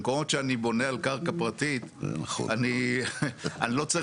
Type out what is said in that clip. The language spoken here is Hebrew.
במקומות שאני בונה על קרקע פרטית אני לא צריך